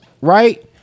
right